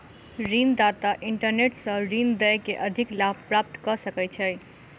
ऋण दाता इंटरनेट सॅ ऋण दय के अधिक लाभ प्राप्त कय सकै छै